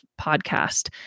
podcast